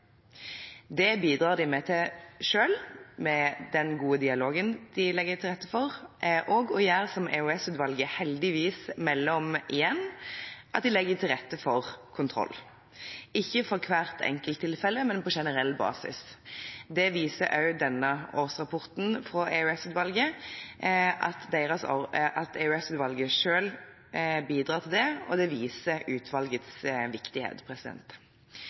Det bidrar de til selv med den gode dialogen de legger til rette for, og ved å gjøre som EOS-utvalget heldigvis melder om igjen, å legge til rette for kontroll – ikke for hvert enkelt tilfelle, men på generell basis. Denne årsrapporten fra EOS-utvalget viser også at EOS-utvalget selv bidrar til det, og det viser utvalgets viktighet.